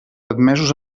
admesos